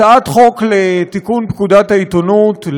הצעת חוק לתיקון פקודת העיתונות,